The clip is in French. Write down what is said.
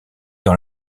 dans